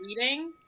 reading